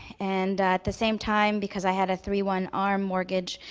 and at the same time, because i had a three one arm mortgage,